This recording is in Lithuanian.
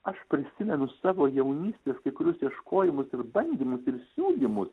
aš prisimenu savo jaunystės kai kuriuos ieškojimus ir bandymus ir siūlymus